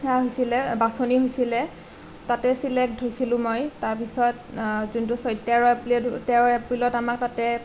বাছনি হৈছিলে তাতে ছিলেক্ট হৈছিলোঁ মই তাৰ পিছত তেৰ এপ্ৰিল তেৰ এপ্ৰিলত আমাক তাতে